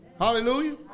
Hallelujah